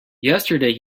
yesterday